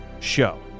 show